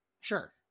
Sure